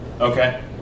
okay